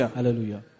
Hallelujah